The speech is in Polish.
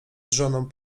żoną